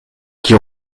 qui